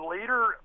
later